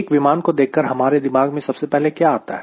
एक विमान को देखकर हमारे दिमाग में सबसे पहले क्या आता है